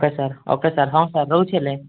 okay sir okay sir ହଁ sir ରହୁଛି ହେଲେ